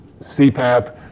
CPAP